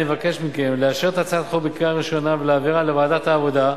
אני מבקש מכם לאשר את הצעת החוק בקריאה ראשונה ולהעבירה לוועדת העבודה,